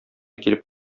килеп